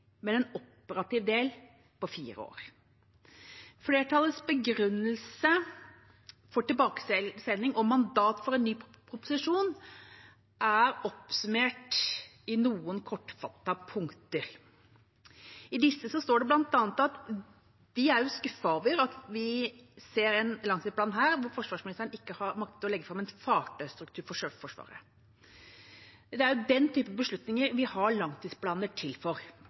en operativ del på 4 år. Flertallets begrunnelse for tilbakesending og mandat for en ny proposisjon er oppsummert i noen kortfattete punkter. I disse står det bl.a. at vi er skuffet over at vi ser en langtidsplan hvor forsvarsministeren ikke har maktet å legge fram en fartøystruktur for Sjøforsvaret. Det er den typen beslutninger vi har langtidsplaner til for.